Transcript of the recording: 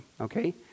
Okay